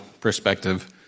perspective